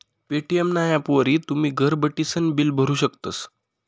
Paytm ना ॲपवरी तुमी घर बठीसन बिल भरू शकतस